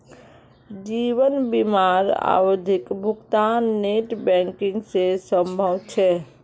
जीवन बीमार आवधिक भुग्तान नेट बैंकिंग से संभव छे?